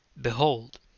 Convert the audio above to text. behold